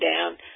down